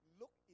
look